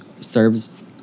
serves